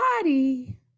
body